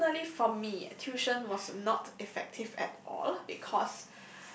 personally for me tuition was not effective at all because